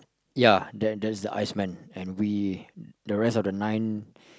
ya there's there's the iceman and we the rest of the nine